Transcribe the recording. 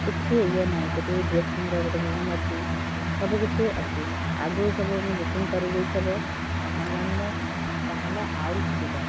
କିଛି ଇଏ ନାଇ ସେଇଠି ଡ୍ରେସିଙ୍ଗ ର ଗୋଟେ ରୁମ୍ ଅଛି ସବୁକିଛି ଅଛି ଆଗୁରୁ ସବୁ ବୁକିଙ୍ଗ କରିଦେଇଥିବ ଅନଲାଇନ ରେ ତାହେଲେ ଆହୁରି ସୁବିଧା